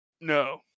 No